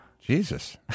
Jesus